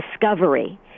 discovery